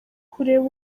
kureba